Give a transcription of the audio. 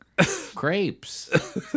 Crepes